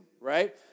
right